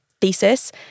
thesis